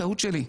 טעות שלי.